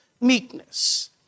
meekness